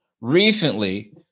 recently